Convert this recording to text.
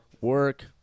work